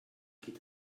geht